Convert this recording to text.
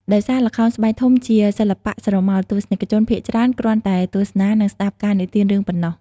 ដោយសារល្ខោនស្បែកធំជាសិល្បៈស្រមោល ទស្សនិកជនភាគច្រើនគ្រាន់តែទស្សនា និងស្តាប់ការនិទានរឿងប៉ុណ្ណោះ។